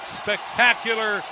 spectacular